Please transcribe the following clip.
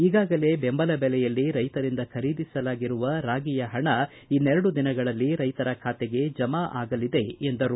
ಈಗಾಗಲೇ ಬೆಂಬಲ ಬೆಲೆಯಲ್ಲಿ ರೈತರಿಂದ ಖರೀದಿಸಲಾಗಿರುವ ರಾಗಿಯ ಪಣ ಇನ್ನೆರಡು ದಿನಗಳಲ್ಲಿ ರೈತರ ಖಾತೆಗೆ ಜಮಾ ಆಗಲಿದೆ ಎಂದರು